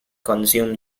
consume